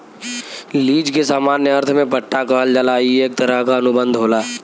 lease के सामान्य अर्थ में पट्टा कहल जाला ई एक तरह क अनुबंध होला